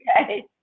okay